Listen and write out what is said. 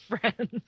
friends